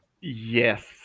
Yes